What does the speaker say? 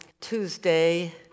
Tuesday